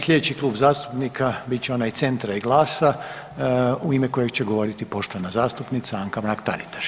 Slijedeći Klub zastupnika bit će onaj Centra i GLAS-a, u ime kojeg će govoriti poštovana zastupnica Anka Mrak Taritaš.